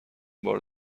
بار